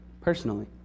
personally